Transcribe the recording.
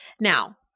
Now